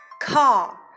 Car